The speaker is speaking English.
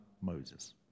Moses